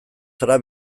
zara